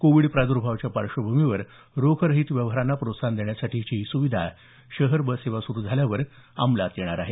Covid प्रादर्भावाच्या पार्श्वभूमीवर रोखरहित व्यवहारांना प्रोत्साहन देण्यासाठीची ही सुविधा शहर बस सेवा सुरू झाल्यावर अंमलात येणार आहे